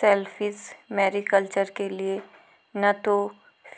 shellfish mariculture के लिए न तो